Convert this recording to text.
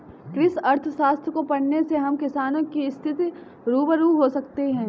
कृषि अर्थशास्त्र को पढ़ने से हम किसानों की स्थिति से रूबरू हो सकते हैं